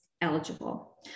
eligible